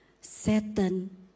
Satan